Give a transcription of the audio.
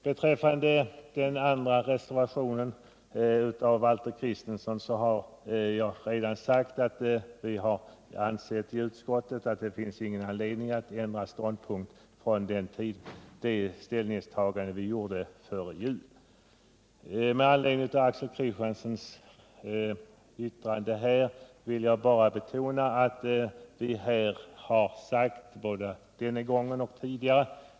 Beträffande den andra reservationen av Valter Kristenson har jag redan sagt att utskottet ansett att det inte finns någon anledning att ändra ståndpunkt i förhållande till det ställningstagande vi gjorde före jul. Med anledning av Axel Kristianssons yttrande här vill jag bara betona vad vi har sagt både denna gång och tidigare.